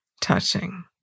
touching